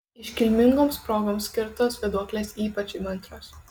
iškilmingoms progoms skirtos vėduoklės ypač įmantrios